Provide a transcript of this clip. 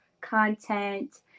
content